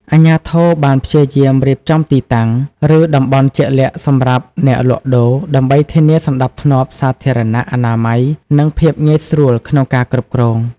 អាជ្ញាធរបានព្យាយាមរៀបចំទីតាំង ឬ តំបន់ជាក់លាក់សម្រាប់អ្នកលក់ដូរ ដើម្បីធានាសណ្តាប់ធ្នាប់សាធារណៈ អនាម័យ និងភាពងាយស្រួលក្នុងការគ្រប់គ្រង ។